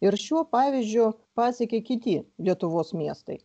ir šiuo pavyzdžiu pasekė kiti lietuvos miestai